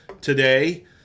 today